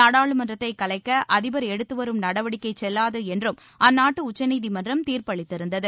நாடாளுமன்றத்தை கலைக்க அழிபர் எடுத்துவரும் நடவடிக்கை செல்வாது என்றும் அழ்நாட்டு உச்சநீதிமன்றம் தீர்ப்பளித்திருந்தது